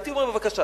הייתי אומר: בבקשה,